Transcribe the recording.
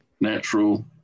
natural